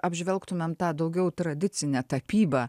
apžvelgtumėm tą daugiau tradicinę tapybą